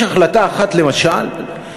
יש החלטה אחת למשל,